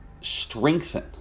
strengthen